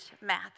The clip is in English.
math